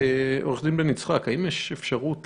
עורך הדין בן-יצחק, האם יש אפשרות